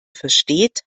versteht